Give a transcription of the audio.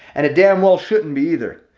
and a damn well shouldn't be either.